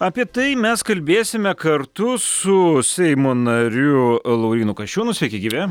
apie tai mes kalbėsime kartu su seimo nariu laurynu kasčiūnu sveiki gyvi